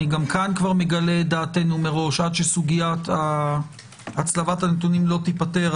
אני גם כאן מגלה דעתנו מראש עד שסוגית הצלבת הנתונים לא תיפתר,